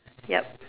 yup